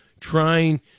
trying